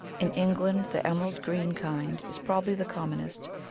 in england the emerald-green kind is probably the commonest,